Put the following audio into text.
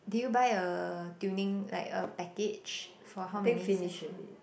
did you buy a tuning like a package for how many session